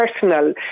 personal